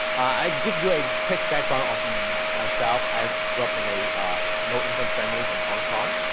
i give you a quick background of um myself. i grew up in a ah low-income family from hong kong.